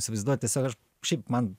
įsivaizduoti save šiaip man